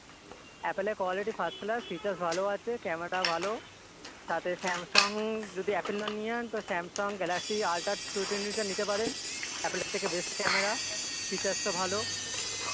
অ্যাপেলের quality first class features ভালো আছে ক্যামেরা ভালো তাতে স্যামসং যদি অ্যাপেল না নিয়েন তো স্যামসং গ্যালাক্সি আল্ট্রা টু টোয়েন্টিটা নিতে পারেন অ্যাপেলের থেকে বেস্ট ক্যামেরা ফিচার্সও ভালো